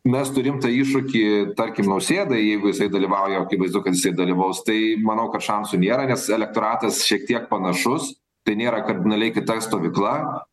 mestų rimtą iššūkį tarkim nausėdai jeigu jisai dalyvauja o akivaizdu kad jisai dalyvaus tai manau kad šansų nėra nes elektoratas šiek tiek panašus tai nėra kardinaliai kita stovykla